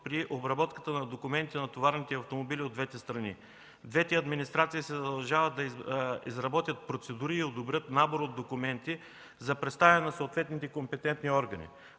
при обработката на документите на товарните автомобили от двете страни. Двете администрации се задължават да изработят процедури и одобрят набор от документи за представяне на съответните компетентни органи.